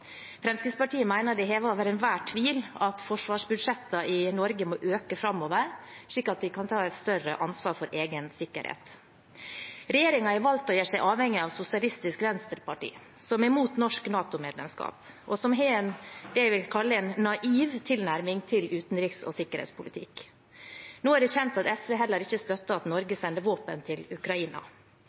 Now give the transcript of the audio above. Fremskrittspartiet mener det er hevet over enhver tvil at forsvarsbudsjettene i Norge må øke framover, slik at vi kan ta et større ansvar for egen sikkerhet. Regjeringen har valgt å gjøre seg avhengig av Sosialistisk Venstreparti, som er mot norsk NATO-medlemskap, og som har det jeg vil kalle en naiv tilnærming til utenriks- og sikkerhetspolitikk. Nå er det kjent at SV heller ikke støtter at Norge sender våpen til Ukraina.